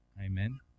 Amen